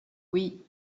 oui